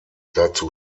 dazu